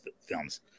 films